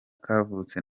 kavutse